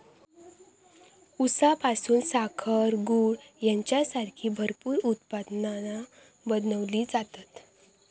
ऊसापासून साखर, गूळ हेंच्यासारखी भरपूर उत्पादना बनवली जातत